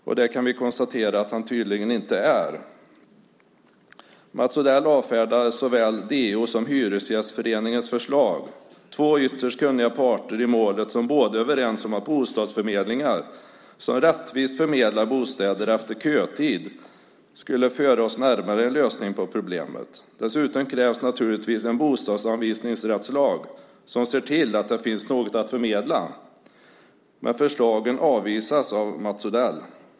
Vi kan konstatera att han tydligen inte är det. Mats Odell avfärdar såväl DO:s som Hyresgästföreningens förslag - två ytterst kunniga parter i målet. De är överens om att bostadsförmedlingar som rättvist förmedlar bostäder efter kötid skulle föra oss närmare en lösning på problemet. Dessutom krävs naturligtvis en bostadsanvisningsrättslag som medverkar till att det finns något att förmedla. Men förslagen avvisas av Mats Odell.